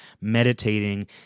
meditating